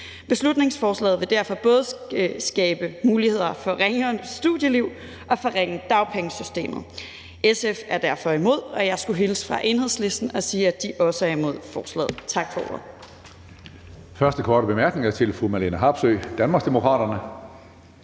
Beslutningsforslaget vil derfor både skabe muligheder for at forringe studielivet og for at forringe dagpengesystemet. SF er derfor imod, og jeg skulle hilse fra Enhedslisten og sige, at de også er imod forslaget. Tak for ordet.